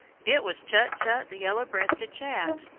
it was chut-chut the yellow-breasted chat,